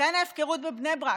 לכן ההפקרות בבני ברק,